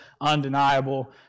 undeniable